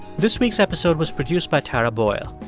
this week's episode was produced by tara boyle.